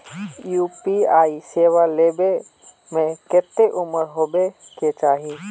UPI सेवा ले में कते उम्र होबे के चाहिए?